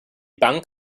bank